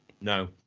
No